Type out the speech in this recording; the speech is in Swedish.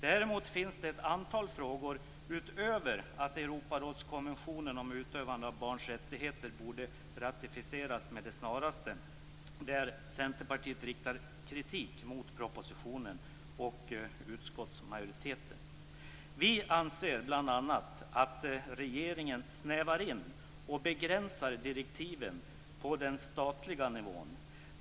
Däremot finns det ett antal frågor, utöver att Europarådskonventionen om utövande av barns rättigheter borde ratificeras med det snaraste, där Centerpartiet riktar kritik mot propositionen och utskottsmajoritetens skrivningar. Vi anser bl.a. att regeringen snävar in och begränsar direktiven på den statliga nivån.